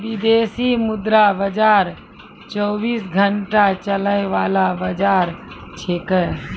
विदेशी मुद्रा बाजार चौबीस घंटा चलय वाला बाजार छेकै